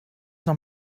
noch